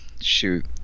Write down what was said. shoot